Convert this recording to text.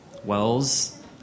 Wells